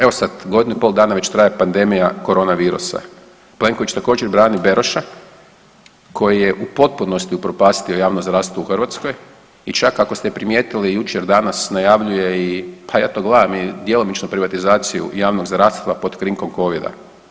Evo sad godinu i pol dana već traje pandemija korona virusa, Plenković također brani Beroša koji je u potpunosti upropastio javno zdravstvo u Hrvatskoj i čak ako ste primijetili jučer, danas najavljuje i pa ja to gledam i djelomično privatizaciju javnog zdravstva pod krinkom Covida.